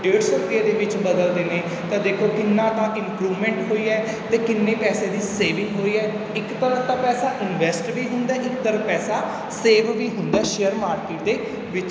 ਡੇਢ ਸੌ ਰੁਪਈਏ ਦੇ ਵਿੱਚ ਬਦਲ ਦੇਣੇ ਤਾਂ ਦੇਖੋ ਕਿੰਨਾ ਤਾਂ ਇੰਪਰੂਵਮੈਂਟ ਹੋਈ ਹੈ ਅਤੇ ਕਿੰਨੇ ਪੈਸੇ ਦੀ ਸੇਵਿੰਗ ਹੋਈ ਹੈ ਇੱਕ ਤਾਂ ਆਪਣਾ ਪੈਸਾ ਇਨਵੈਸਟ ਵੀ ਹੁੰਦਾ ਇੱਕ ਪੈਸਾ ਸੇਵ ਵੀ ਹੁੰਦਾ ਸ਼ੇਅਰ ਮਾਰਕੀਟ ਦੇ ਵਿੱਚ